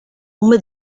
uma